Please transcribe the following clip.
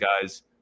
guys